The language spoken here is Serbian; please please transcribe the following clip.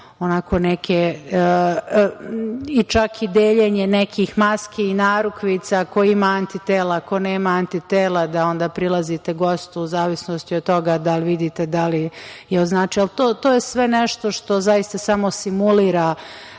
PCR test, čak i deljenje nekih maski i narukvica ko ima antitela, ko nema antitela, da onda prilazite gostu u zavisnosti od toga da li vidite da li je označen itd. To je sve nešto što zaista samo simulira